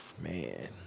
man